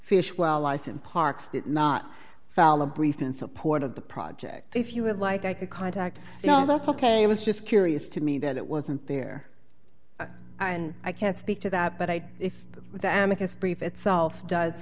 did not file a brief in support of the project if you would like i could contact you no that's ok it was just curious to me that it wasn't there and i can't speak to that but i if with the amakosa brief itself does